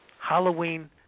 Halloween